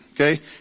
okay